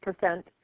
percent